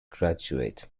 graduate